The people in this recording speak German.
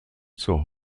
zur